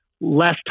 less